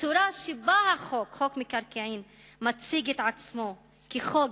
הצורה שבה חוק המקרקעין מציג את עצמו, כחוק